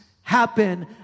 happen